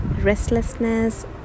restlessness